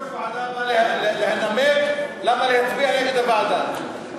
יושב-ראש ועדה בא לנמק למה להצביע נגד הוועדה.